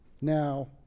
now